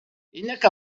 إنك